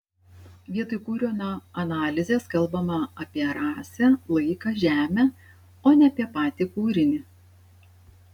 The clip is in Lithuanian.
vietoj kūrinio analizės kalbama apie rasę laiką žemę o ne apie patį kūrinį